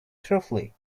truthfully